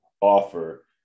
offer